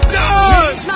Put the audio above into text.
done